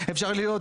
זה לא כולל,